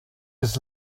bis